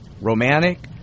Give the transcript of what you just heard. romantic